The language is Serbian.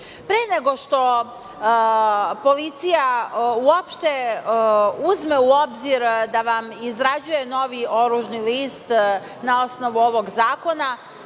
Pre nego što policija uopšte uzme u obzir da vam izrađuje novi oružni list, na osnovu ovog zakona,